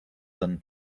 than